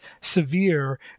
severe